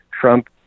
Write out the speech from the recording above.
Trump